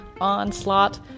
onslaught